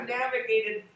navigated